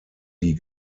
die